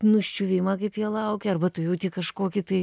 nuščiuvimą kaip jie laukia arba tu jauti kažkokį tai